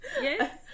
yes